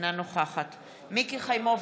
אינה נוכחת מיקי חיימוביץ'